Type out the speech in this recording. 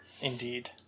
Indeed